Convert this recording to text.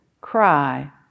cry